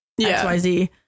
XYZ